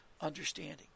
understanding